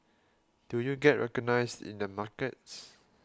do you get recognised in the markets